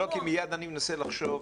כלומר, יש לכם